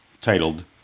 titled